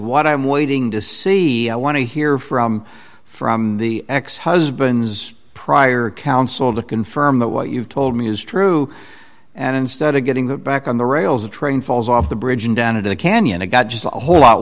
what i'm waiting to see i want to hear from from the ex husband's prior counsel to confirm that what you've told me is true and instead of getting that back on the rails the train falls off the bridge and down into the canyon it got just a whole lot